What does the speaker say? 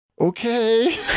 okay